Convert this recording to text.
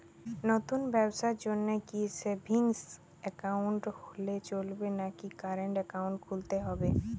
নতুন ব্যবসার জন্যে কি সেভিংস একাউন্ট হলে চলবে নাকি কারেন্ট একাউন্ট খুলতে হবে?